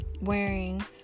wearing